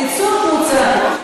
תצאו החוצה,